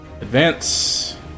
advance